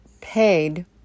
paid